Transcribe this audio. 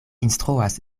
instruas